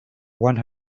one